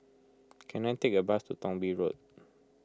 can I take a bus to Thong Bee Road